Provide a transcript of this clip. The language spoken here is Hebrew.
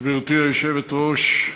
גברתי היושבת-ראש,